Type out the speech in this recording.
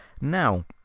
now